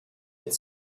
with